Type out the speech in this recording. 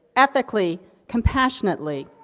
ethically, compassionately,